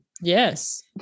yes